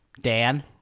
Dan